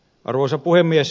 arvoisa puhemies